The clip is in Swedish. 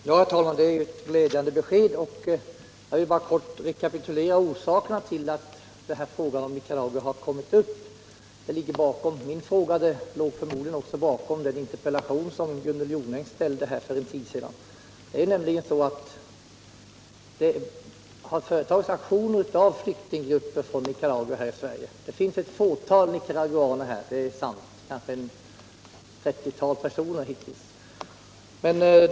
Herr talman! Det är ett glädjande besked. Jag vill kort rekapitulera orsakerna till att frågan om Nicaragua kommit upp —- det ligger bakom min fråga och låg förmodligen också bakom den interpellation som Gunnel Jonäng framställde för en tid sedan. Det har företagits aktioner av flyktinggrupper från Nicaragua här i Sverige. Det finns ett fåtal nicaraguaner här, kanske ett 30-tal personer hittills.